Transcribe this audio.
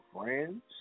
friends